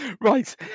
Right